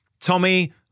Tommy